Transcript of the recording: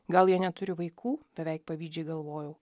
gal jie neturi vaikų beveik pavydžiai galvojau